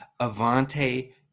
Avante